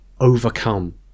overcome